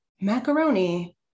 macaroni